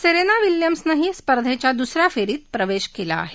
Serena विल्यम्सनेही स्पर्धेच्या दुस या फेरीत प्रवेश केला आहे